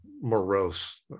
morose